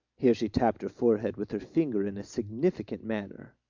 here she tapped her forehead with her finger in a significant manner.